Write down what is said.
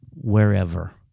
Wherever